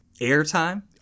Airtime